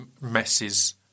messes